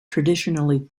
traditionally